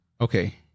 Okay